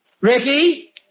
Ricky